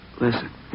Listen